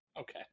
Okay